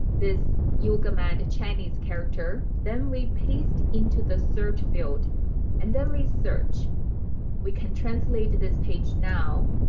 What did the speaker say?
this yoga mat chinese character then we paste into the search field and then research we can translate this page now